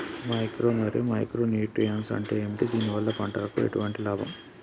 Macro మరియు micro nutrients అంటే ఏమిటి? దీనివల్ల పంటకు ఎటువంటి లాభం?